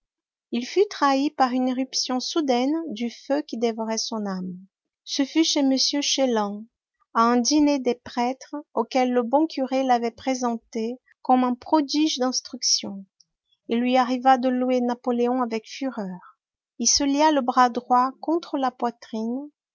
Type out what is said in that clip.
il fut trahi par une irruption soudaine du feu qui dévorait son âme ce fut chez m chélan à un dîner de prêtres auquel le bon curé l'avait présenté comme un prodige d'instruction il lui arriva de louer napoléon avec fureur il se lia le bras droit contre la poitrine